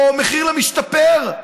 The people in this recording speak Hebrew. מחיר למשתפר,